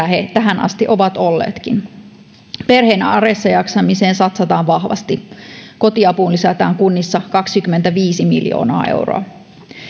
he tähän asti ovat olleetkin perheen arjessa jaksamiseen satsataan vahvasti kotiapuun lisätään kunnissa kaksikymmentäviisi miljoonaa euroa